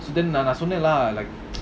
so then நான்சொன்னேன்ல:nan sonnenla like